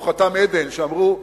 מנוחתם עדן, שאמרו: